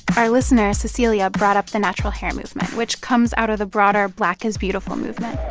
our listener cecilia brought up the natural hair movement, which comes out of the broader black is beautiful movement